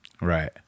Right